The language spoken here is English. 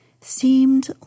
seemed